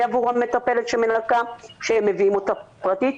עבור המטפלת שמנקה שמביאים אותה באופן פרטי,